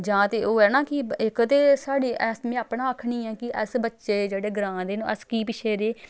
जां ते होऐ ना कि इक ते साढ़ी में अपना आखनी आं कि अस बच्चे जेह्ड़े ग्रांऽ दे न अस की पिच्छे दे